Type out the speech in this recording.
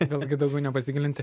vėlgi daugiau nepasigilinti